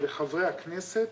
לחברי הכנסת,